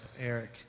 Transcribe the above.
Eric